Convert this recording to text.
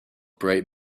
bright